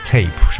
Tape